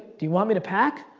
do you want me to pack?